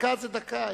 דקה זאת דקה.